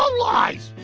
ah lies,